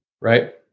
Right